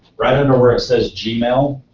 right under where it says gmail.